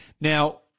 Now